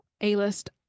A-list